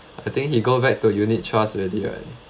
I think he go back to unit trusts already right